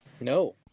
No